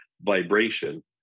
vibration